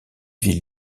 ville